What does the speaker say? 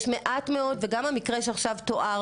יש מעט מאוד וגם המקרה שעכשיו תואר